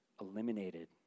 eliminated